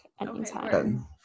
anytime